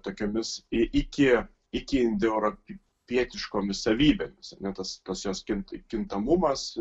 tokiomis iki iki indoeuropietiškomis savybėmis ar ne tas tas jos kinta kintamumas